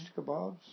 kebabs